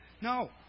no